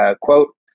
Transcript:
quote